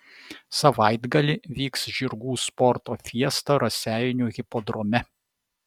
savaitgalį vyks žirgų sporto fiesta raseinių hipodrome